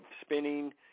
spinning